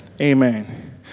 Amen